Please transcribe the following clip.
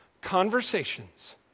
conversations